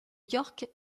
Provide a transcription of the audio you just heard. york